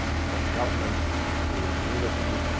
from government to community,